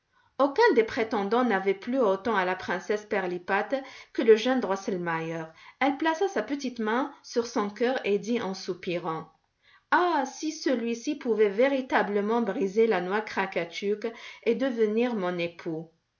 aucun des prétendants n'avait plu autant à la princesse pirlipat que le jeune drosselmeier elle plaça sa petite main sur son cœur et dit en soupirant ah si celui-ci pouvait véritablement briser la noix krakatuk et devenir mon époux